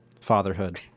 fatherhood